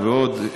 ועוד,